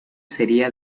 sería